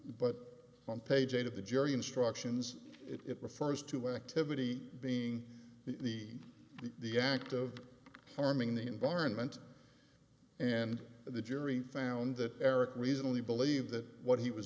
but on page eight of the jury instructions it refers to activity being the the act of harming the environment and the jury found that eric reasonably believed that what he was